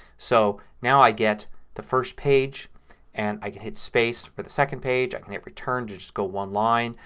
so now i get the first page and i can hit space for the second page. i can hit return to just go one line.